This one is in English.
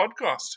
podcast